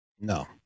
No